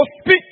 speak